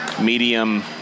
medium